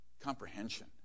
comprehension